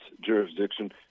jurisdiction